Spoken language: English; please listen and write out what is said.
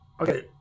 Okay